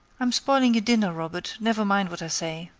i'm spoiling your dinner, robert never mind what i say.